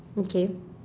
okay